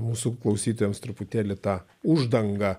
mūsų klausytojams truputėlį ta uždanga